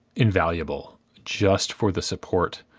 invaluable, just for the support,